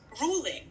ruling